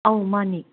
ꯑꯧ ꯃꯥꯅꯦ